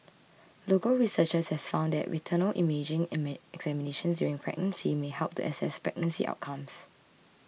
local researchers have found that retinal imaging examinations during pregnancy may help to assess pregnancy outcomes